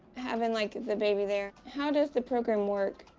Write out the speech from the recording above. having, like, the baby there how does the program work?